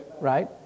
right